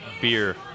beer